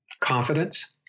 confidence